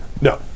No